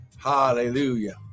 Hallelujah